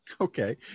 Okay